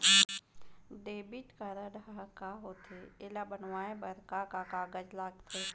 Debit card ह का होथे एला बनवाए बर का का कागज लगथे?